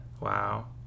wow